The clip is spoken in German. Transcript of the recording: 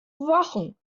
wochen